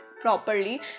properly